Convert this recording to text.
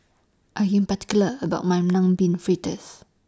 I Am particular about My Mung Bean Fritters